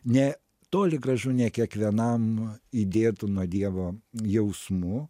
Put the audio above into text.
ne toli gražu ne kiekvienam įdėtu na dievo jausmu